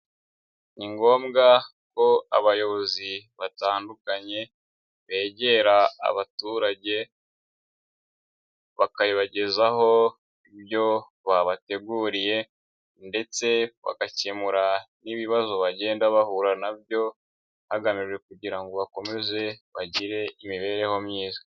Ni ngombwa ko abayobozi batandukanye begera abaturage, bakabibagezaho ibyo babateguriye, ndetse bagakemura n'ibibazo bagenda bahura nabyo, hagamijwe kugira ngo bakomeze bagire imibereho myiza.